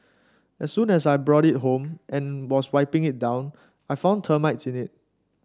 as soon as I brought it home and was wiping it down I found termites in it